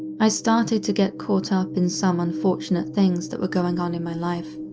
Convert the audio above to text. i started to get caught up in some unfortunate things that were going on in my life,